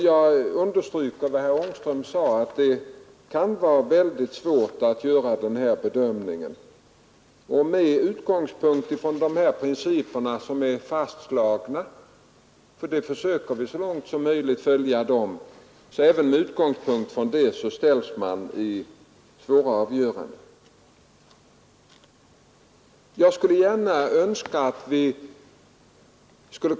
Vi försöker så långt som möjligt följa de principer som är fastslagna, men även med den utgångspunkten ställs man ibland inför ett besvärligt avgörande.